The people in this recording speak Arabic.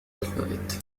الفائت